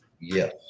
Yes